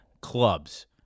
clubs